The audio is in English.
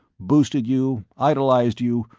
boosted you, idolized you,